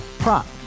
Prop